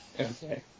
Okay